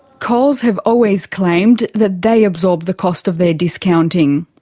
coles have always claimed that they absorb the cost of their discounting.